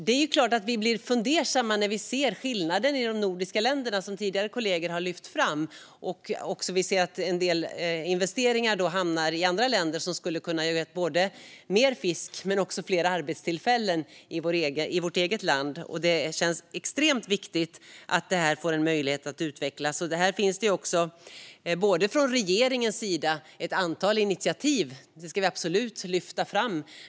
Det är klart att vi blir fundersamma när vi ser skillnaden i de nordiska länderna, som kollegor tidigare har lyft fram, och att en del investeringar hamnar i andra länder, som skulle kunna ha gett mer fisk men också fler arbetstillfällen i vårt eget land. Det känns extremt viktigt att detta får en möjlighet att utvecklas. Här finns det ett antal initiativ från regeringens sida, och dessa ska vi absolut lyfta fram.